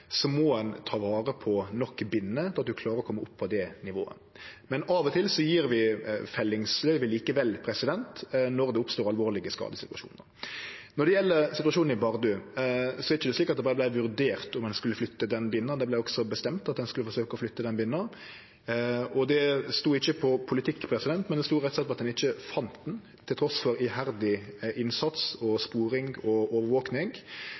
må ein ta vare på nok binner til at ein klarer å kome opp på det nivået. Men av og til gjev vi likevel fellingsløyve, når det oppstår alvorlege skadesituasjonar. Når det gjeld situasjonen i Bardu, er det ikkje slik at det berre vart vurdert om ein skulle flytte den binna, det vart også bestemt at ein skulle forsøkje å flytte den binna. Det stod ikkje på politikk, men det stod rett og slett på at ein ikkje fann ho, trass i iherdig innsats, sporing og overvaking. Når ein til slutt fann binna, var ho tilbake i rovdyrprioritert område, og